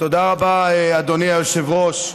תודה רבה, אדוני היושב-ראש.